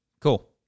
cool